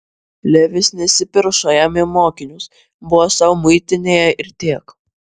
levis nesipiršo jam į mokinius buvo sau muitinėje ir tiek